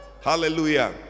Hallelujah